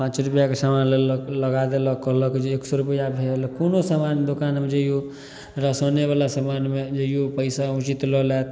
पाँच रूपैआके समान लेलक लगा देलक कहलक जे एक सए रूपैआ भेल कोनो समान दोकानमे जैयौ राशने बला समानमे जैयौ पैसा ऊचित लऽ लेत